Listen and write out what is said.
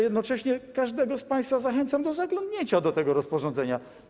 Jednocześnie każdego z państwa zachęcam do zaglądnięcia do tego rozporządzenia.